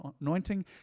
anointing